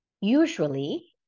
Usually